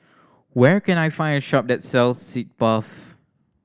where can I find a shop that sells Sitz Bath